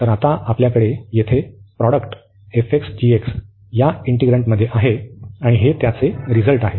तर आता आपल्याकडे येथे प्रॉडक्ट या इंटिग्रन्टमध्ये आहे आणि हे त्याचे रिझल्ट आहे